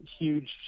huge